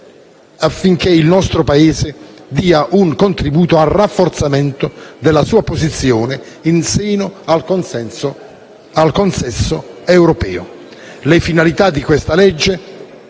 affinché il nostro Paese dia un contributo al rafforzamento della sua posizione in seno al consesso dell'Unione europea. Le finalità del presente